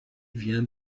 vient